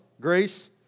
grace